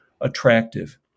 attractive